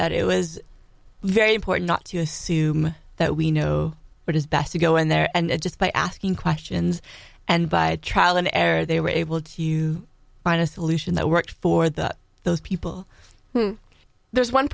that it was very important not to assume that we know what is best to go in there and just by asking questions and by trial and error they were able to you find a solution that works for the those people who there's one